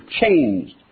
changed